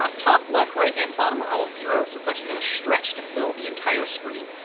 but top, left, right, and bottom are all zero, so it's actually going to stretch to fill the entire screen.